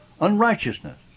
unrighteousness